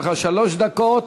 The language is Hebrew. יש לך שלוש דקות.